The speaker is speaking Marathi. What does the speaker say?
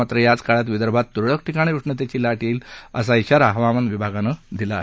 मात्र याच काळात विदर्भात तुरळक ठिकाणी उष्णतेची लाट येईल असा श्रीारा हवामान विभागानं दिला आहे